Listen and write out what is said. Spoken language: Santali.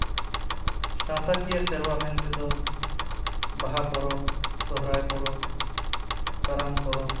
ᱥᱟᱶᱛᱟᱠᱤᱭᱟᱹ ᱥᱮᱨᱣᱟ ᱢᱮᱱᱛᱮᱫᱚ ᱵᱟᱦᱟ ᱯᱚᱨᱚᱵ ᱥᱚᱦᱨᱟᱭ ᱯᱚᱨᱚᱵ ᱠᱟᱨᱟᱢ ᱯᱚᱨᱚᱵ